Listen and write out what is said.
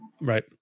Right